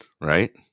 right